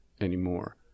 anymore